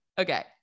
Okay